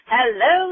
Hello